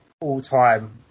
all-time